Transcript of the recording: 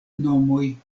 nomoj